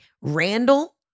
Randall